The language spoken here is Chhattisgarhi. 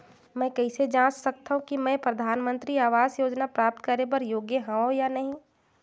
मैं कइसे जांच सकथव कि मैं परधानमंतरी आवास योजना प्राप्त करे बर योग्य हववं या नहीं?